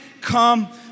come